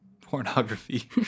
pornography